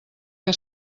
que